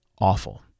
awful